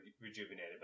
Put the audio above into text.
rejuvenated